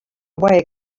away